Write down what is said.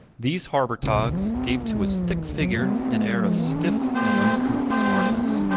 these harbour togs gave to his thick figure an air of stiff and uncouth smartness.